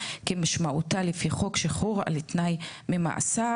כמשמעותה לפי חוק שחרור על תנאי ממאסר,